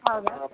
ಹೌದಾ